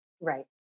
Right